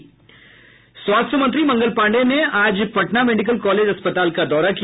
स्वास्थ्य मंत्री मंगल पांडेय ने आज पटना मेडिकल कॉलेज अस्पताल का दौरा किया